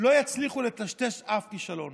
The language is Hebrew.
לא יצליחו לטשטש אף כישלון